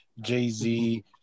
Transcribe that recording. Jay-Z